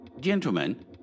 Gentlemen